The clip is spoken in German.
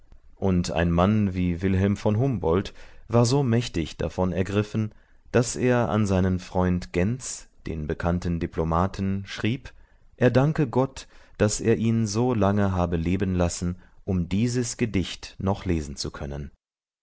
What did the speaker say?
und ein mann wie wilhelm von humboldt war so mächtig davon ergriffen daß er an seinen freund gentz den bekannten diplomaten schrieb er danke gott daß er ihn so lange habe leben lassen um dieses gedicht noch lesen zu können